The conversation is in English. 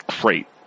great